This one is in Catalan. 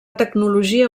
tecnologia